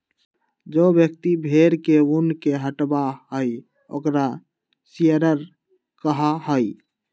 जो व्यक्ति भेड़ के ऊन के हटावा हई ओकरा शियरर कहा हई